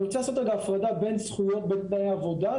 אני רוצה לעשות הפרדה בין זכויות ותנאי עבודה,